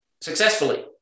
successfully